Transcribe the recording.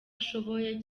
ashoboye